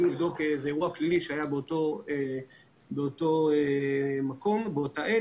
לבדוק איזה אירוע פלילי שהיה באותו מקום ובאותה עת,